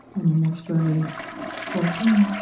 and the next brother fourteen.